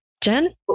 Jen